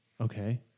Okay